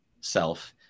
self